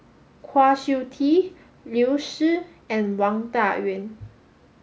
Kwa Siew Tee Liu Si and Wang Dayuan